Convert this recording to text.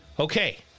Okay